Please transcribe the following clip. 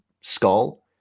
skull